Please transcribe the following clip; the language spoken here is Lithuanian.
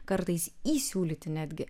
kartais įsiūlyti netgi